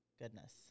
goodness